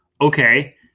okay